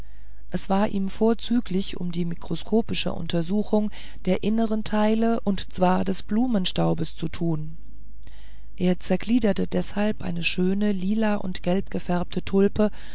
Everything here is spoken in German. es war ihm vorzüglich um die mikroskopische untersuchung der innern teile und zwar des blumenstaubes zu tun er zergliederte deshalb eine schöne lila und gelb gefärbte tulpe